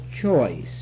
choice